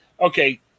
Okay